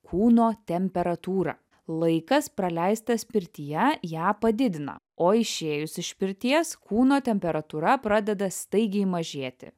kūno temperatūrą laikas praleistas pirtyje ją padidina o išėjus iš pirties kūno temperatūra pradeda staigiai mažėti